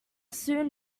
soon